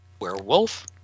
Werewolf